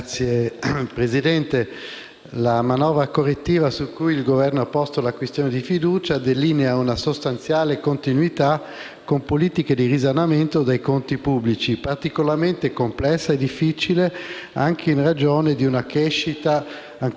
con le politiche di risanamento dei conti pubblici, particolarmente complesse e difficili anche in ragione di una crescita ancora troppo debole. Il Governo, prima Renzi e poi Gentiloni Silveri, ha agito bene, ma resta ancora molto da fare.